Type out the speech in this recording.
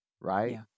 right